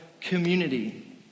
Community